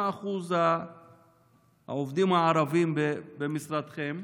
1. מה אחוז העובדים הערבים במשרדכם?